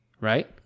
right